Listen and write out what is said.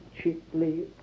cheaply